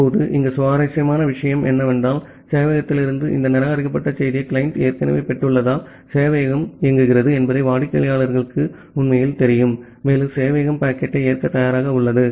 இப்போது இங்கே சுவாரஸ்யமான விஷயம் என்னவென்றால் சேவையகத்திலிருந்து இந்த நிராகரிக்கப்பட்ட செய்தியை கிளையன்ட் ஏற்கனவே பெற்றுள்ளதால் சேவையகம் இயங்குகிறது என்பதை வாடிக்கையாளருக்கு உண்மையில் தெரியும் மேலும் சேவையகம் பாக்கெட்டை ஏற்க தயாராக உள்ளது